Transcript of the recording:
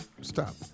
Stop